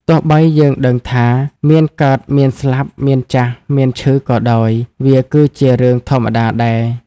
ទោះបីយើងដឹងថា មានកើត មានស្លាប់ មានចាស់ មានឈឺក៏ដោយ វាគឺជារឿងធម្មតាដែរ។